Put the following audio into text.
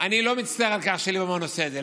אני לא מצטער על כך שליברמן עושה את זה.